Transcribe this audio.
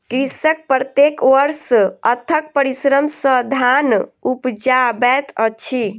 कृषक प्रत्येक वर्ष अथक परिश्रम सॅ धान उपजाबैत अछि